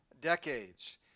decades